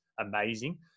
amazing